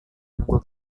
menunggu